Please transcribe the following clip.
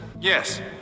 Yes